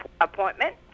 appointment